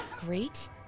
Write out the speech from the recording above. Great